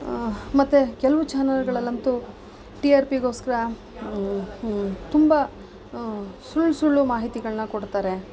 ಮತ್ತೆ ಕೆಲವು ಚಾನಲ್ಗಳಲ್ಲಂತು ಟಿ ಆರ್ ಪಿಗೋಸ್ಕರ ತುಂಬ ಸುಳ್ಳು ಸುಳ್ಳು ಮಾಹಿತಿಗಳನ್ನ ಕೊಡ್ತಾರೆ